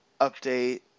update